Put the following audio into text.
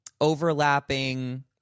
overlapping